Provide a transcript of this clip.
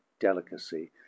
delicacy